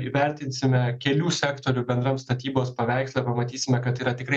įvertinsime kelių sektorių bendram statybos paveiksle pamatysime kad yra tikrai